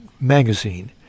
magazine